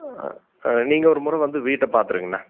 நீங்கள் ஒரு முறை வந்து வீட்டை பார்த்துருங்கண்ணா